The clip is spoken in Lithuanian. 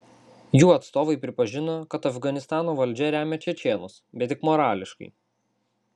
jų atstovai pripažino kad afganistano valdžia remia čečėnus bet tik morališkai